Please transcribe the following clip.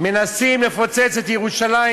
מנסים לפוצץ את ירושלים,